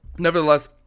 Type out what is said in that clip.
Nevertheless